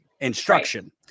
instruction